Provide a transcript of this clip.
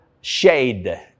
shade